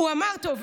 טוב,